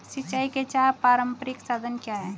सिंचाई के चार पारंपरिक साधन क्या हैं?